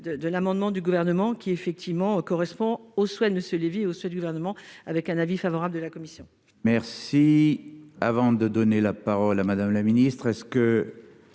de l'amendement du gouvernement qui effectivement correspond aux souhaits de monsieur Lévy au sein du gouvernement avec un avis favorable de la commission.